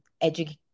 educate